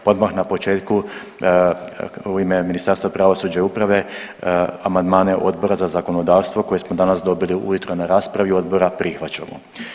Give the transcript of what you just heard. Pa odmah na početku u ime Ministarstva pravosuđa i uprave amandmane Odbora za zakonodavstvo koje smo danas dobili ujutro na raspravi odbora prihvaćamo.